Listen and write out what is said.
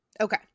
Okay